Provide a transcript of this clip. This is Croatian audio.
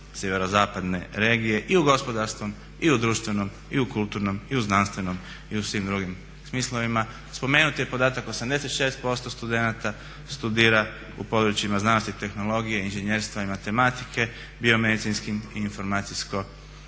sjeverozapadne regije i u gospodarskom i u društvenom i u kulturnom i u znanstvenom i u svim drugim smislovima. Spomenut je podatak 86% studenata studira u područjima znanosti i tehnologije, inženjerstva i matematike, biomedicinskim i